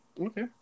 Okay